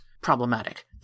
problematic